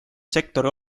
sektori